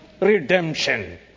redemption